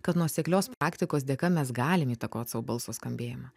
kad nuoseklios praktikos dėka mes galim įtakot savo balso skambėjimą